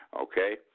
Okay